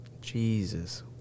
Jesus